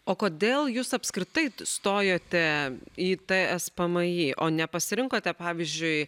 o kodėl jūs apskritai stojote į tspmi o nepasirinkote pavyzdžiui